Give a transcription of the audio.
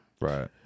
Right